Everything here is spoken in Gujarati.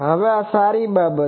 હવે આ સારી બાબત છે